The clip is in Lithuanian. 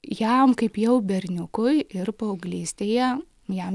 jam kaip jau berniukui ir paauglystėje jam